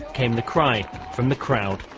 came the cry from the crowd.